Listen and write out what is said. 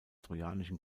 trojanischen